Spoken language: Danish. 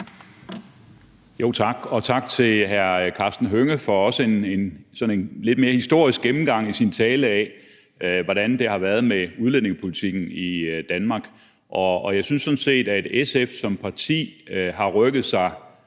og også tak til hr. Karsten Hønge for en sådan lidt mere historisk gennemgang i sin tale af, hvordan det har været med udlændingepolitikken i Danmark. Jeg synes sådan set, at SF som parti har rykket sig